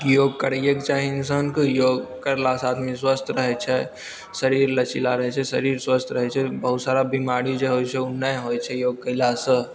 कि योग करैएके चाही इन्सानके योग करलासे आदमी स्वस्थ रहै छै शरीर लचीला रहै छै शरीर स्वस्थ रहै छै बहुत सारा बेमारी जे होइ छै ओ नहि होइ छै योग कएलासँ